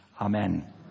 Amen